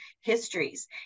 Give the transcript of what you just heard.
histories